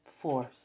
force